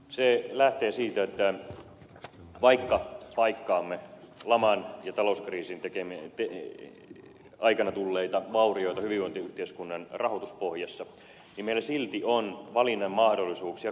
se lähtee siitä että vaikka paikkaamme laman ja talouskriisin aikana tulleita vaurioita hyvinvointiyhteiskunnan rahoituspohjassa niin meillä silti on valinnan mahdollisuuksia siinä kuinka se tehdään